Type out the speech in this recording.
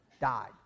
died